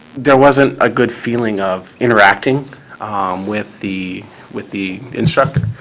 there wasn't a good feeling of interacting with the with the instructor.